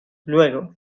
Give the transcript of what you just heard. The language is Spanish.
luego